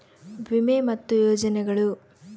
ವಿಮೆ ಮತ್ತೆ ಯೋಜನೆಗುಳು